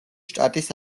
შტატის